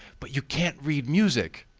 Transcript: but you can't read music!